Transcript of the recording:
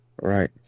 Right